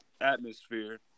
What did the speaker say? atmosphere